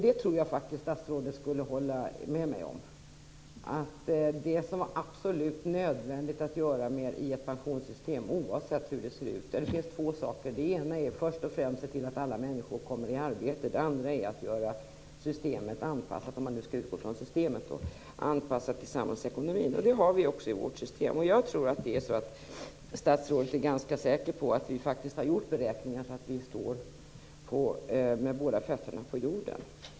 Jag tror faktiskt att statsrådet håller med mig om det som är absolut nödvändigt att göra i ett pensionssystem oavsett hur det ser ut. Det finns två saker. Den ena är att först och främst se till att alla människor kommer i arbete. Det andra är att göra systemet anpassat till samhällsekonomin, om man nu skall utgå från systemet. Det har vi också gjort i vårt system. Jag tror att statsrådet är ganska säker på att vi faktiskt har gjort beräkningar så att vi står med båda fötterna på jorden.